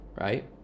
right